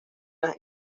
las